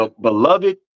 Beloved